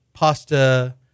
Pasta